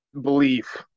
belief